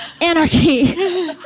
Anarchy